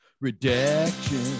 Redaction